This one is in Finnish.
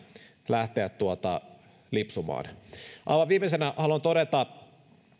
lähteä lipsumaan aivan viimeisenä haluan todeta